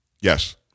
Yes